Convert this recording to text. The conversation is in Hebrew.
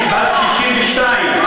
בת 62,